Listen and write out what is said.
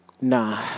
nah